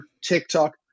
TikTok